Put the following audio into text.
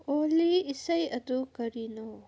ꯑꯣꯜꯂꯤ ꯏꯁꯩ ꯑꯗꯨ ꯀꯔꯤꯅꯣ